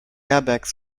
airbags